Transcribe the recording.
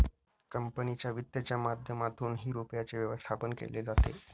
company वित्तच्या माध्यमातूनही रुपयाचे व्यवस्थापन केले जाते